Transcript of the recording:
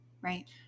right